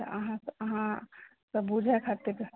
तऽ अहाँ अहाँ सऽ बुझे खातिर